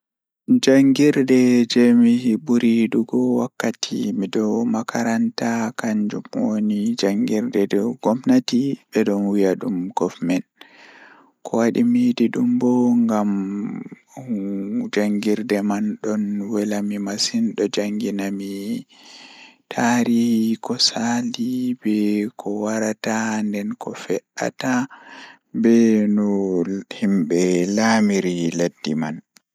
Jangirde mi ɓuri yiɗugo wakkati mido makaranta kannjum woni Miɗo yiɗi cuɓoraaɗi mbadi kala ɗe geɗe ɗiɗi, ko yowitorde ɓe e tawru ngeewre. Ɓe aɗa njogii mi saɗaaki kaɓe ɗum njogii, ko njogii so miɗo waɗi neɗɗaare moƴƴere e nyallude njamaaji.